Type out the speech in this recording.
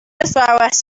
athrawes